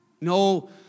No